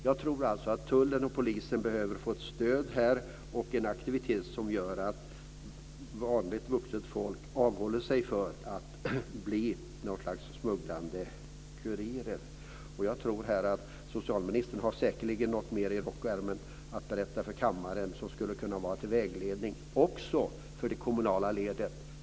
Jag tror att tullen och polisen behöver få ett stöd som kan leda till att vanliga vuxna avhåller sig från att bli smuggelkurirer. Socialministern har säkerligen i rockärmen något mer att berätta för kammarens ledamöter som skulle kunna vara till vägledning också på den kommunala nivån.